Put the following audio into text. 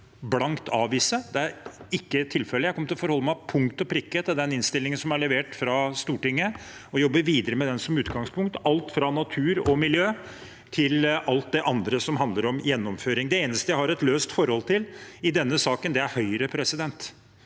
blankt avvise. Det er ikke tilfellet. Jeg kommer til å forholde meg til den innstillingen som er levert fra Stortinget, til punkt og prikke, og jobbe videre med den som utgangspunkt, alt fra natur og miljø til alt det andre som handler om gjennomføring. Det eneste jeg har et løst forhold til i denne saken, er Høyre, og da